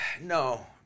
No